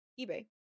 eBay